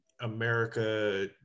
America